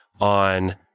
on